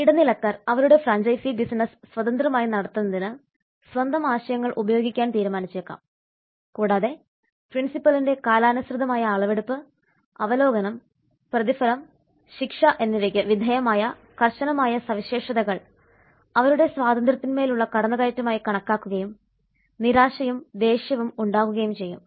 ഇടനിലക്കാർ അവരുടെ franchise business സ്വതന്ത്രമായി നടത്തുന്നതിന് സ്വന്തം ആശയങ്ങൾ ഉപയോഗിക്കാൻ തീരുമാനിച്ചേക്കാം കൂടാതെ പ്രിൻസിപ്പലിന്റെ കാലാനുസൃതമായ അളവെടുപ്പ് അവലോകനം പ്രതിഫലം ശിക്ഷ എന്നിവയ്ക്ക് വിധേയമായ കർശനമായ സവിശേഷതകൾ അവരുടെ സ്വാതന്ത്ര്യത്തിന്മേലുള്ള കടന്നുകയറ്റമായി കണക്കാക്കുകയും നിരാശയും ദേഷ്യവും ഉണ്ടാകുകയും ചെയ്യും